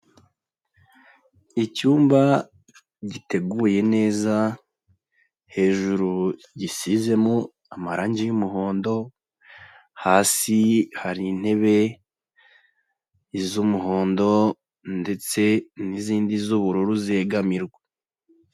Icyumba giteguye neza hejuru gisizemo amarangi y'umuhondo, hasi hari intebe z'umuhondo ndetse n'izindi z'ubururu zegamirwa.